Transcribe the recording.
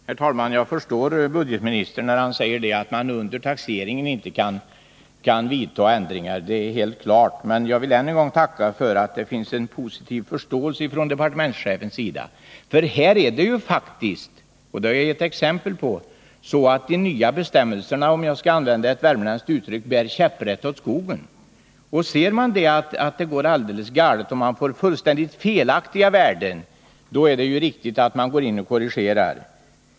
Herr talman! Jag förstår budgetministern när han säger att man under taxeringen inte kan göra ändringar — det är helt klart. Men jag vill än en gång tacka för att det finns en positiv förståelse från departementschefens sida. Här är det faktiskt så — och det har jag gett exempel på — att de nya bestämmelserna, för att använda ett värmländskt uttryck, bär käpprätt åt skogen. Och ser man att det blir alldeles galet och att man får fullständigt felaktiga värden, då är det ju riktigt att man går in och korrigerar.